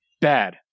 Bad